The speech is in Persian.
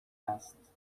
است